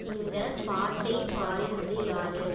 இந்தப் பாட்டைப் பாடினது யார்